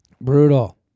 brutal